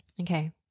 okay